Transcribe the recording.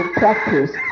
practice